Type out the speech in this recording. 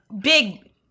Big